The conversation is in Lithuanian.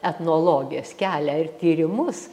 etnologės kelią ir tyrimus